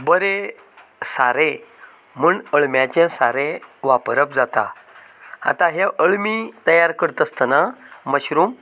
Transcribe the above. बरें सारें म्हण अळम्याचें सारें वापरप जाता आता हें अळमी तयार करता आसतना मशरुम